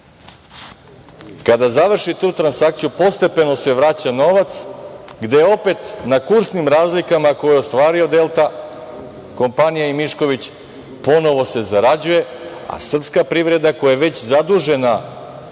završi tu transakciju postepeno se vraća novac gde opet na kursnim razlikama koje je ostvarila „Delta kompanija“ i Mišković ponovo se zarađuje, a srpska privreda koja je već zadužena